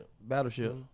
Battleship